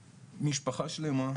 ופשוט משגע אותי הפער הזה.